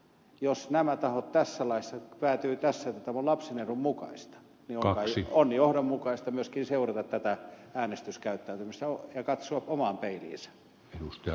jos nämä tahot tässä laissa päätyvät siihen että tämä on lapsen edun mukaista niin on johdonmukaista myöskin seurata tätä äänestyskäyttäytymistä ja katsoa omaan peiliinsä